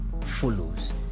Follows